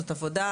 זאת עבודה